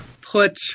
put